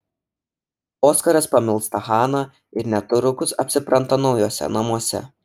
oskaras pamilsta haną ir netrukus apsipranta naujuose namuose